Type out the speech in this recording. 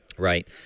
Right